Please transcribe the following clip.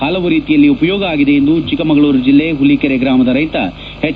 ಪಲವು ರೀತಿಯಲ್ಲಿ ಉಪಯೋಗ ಆಗಿದೆ ಎಂದು ಚಿಕ್ಕಮಗಳೂರು ಜಲ್ಲೆ ಹುಲೀಕೆರೆ ಗ್ರಾಮದ ರೈತ ಹೆಚ್